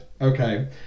Okay